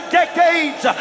decades